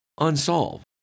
unsolved